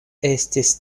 estis